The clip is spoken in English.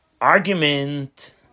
argument